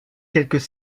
quelques